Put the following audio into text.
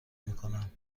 میکنم